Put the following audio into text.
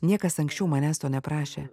niekas anksčiau manęs to neprašė